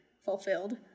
fulfilled